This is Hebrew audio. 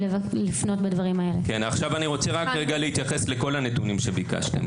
שידעו לפנות בדברים האלה.) אני רוצה להתייחס לכל הנתונים שביקשתם,